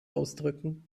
ausdrücken